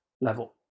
level